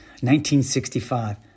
1965